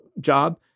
job